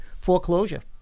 foreclosure